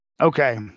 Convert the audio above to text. okay